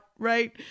Right